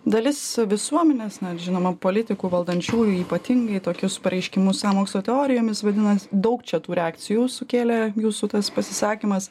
dalis visuomenės na žinoma politikų valdančiųjų ypatingai tokius pareiškimus sąmokslo teorijomis vadinas daug čia tų reakcijų sukėlė jūsų tas pasisakymas